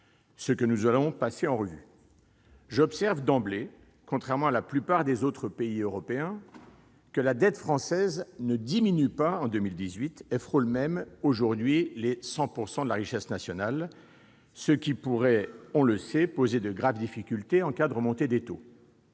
ce que nous allons passer en revue. J'observe d'emblée que la dette française, contrairement à celle de la plupart des autres pays européens, ne diminue pas en 2018 et frôle même aujourd'hui les 100 % de la richesse nationale, ce qui pourrait, on le sait, poser de graves difficultés en cas de remontée des taux.